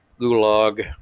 gulag